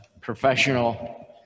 professional